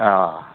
अ